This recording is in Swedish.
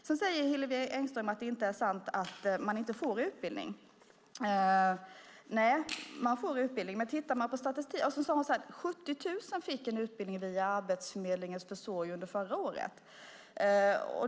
Sedan säger Hillevi Engström att det inte är sant att man inte får utbildning. Hon sade att 70 000 fick en utbildning via Arbetsförmedlingens försorg under förra året.